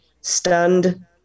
stunned